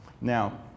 now